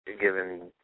Given